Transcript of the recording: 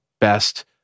best